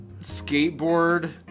skateboard